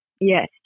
yes